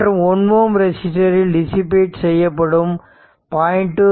மற்றும் 1 Ω ரெசிஸ்டர் இல் டிசிபேட் செய்யப்படும் 0